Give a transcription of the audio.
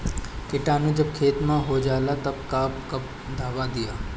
किटानु जब खेत मे होजाला तब कब कब दावा दिया?